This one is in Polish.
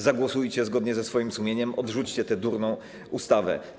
Zagłosujcie zgodnie ze swoim sumieniem, odrzućcie tę durną ustawę.